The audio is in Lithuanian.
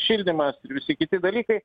šildymas ir visi kiti dalykai